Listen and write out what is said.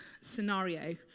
scenario